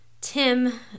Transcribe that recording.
Tim